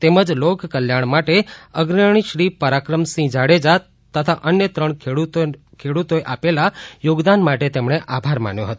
તેમજ લોકકલ્યાણ માટે અગ્રણી શ્રી પરાક્રમસિંહ જાડેજા અને અન્ય ત્રણ ખેડૂતોનો આપેલા યોગદાન માટે આભાર માન્યો હતો